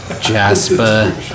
Jasper